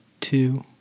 two